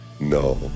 No